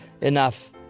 enough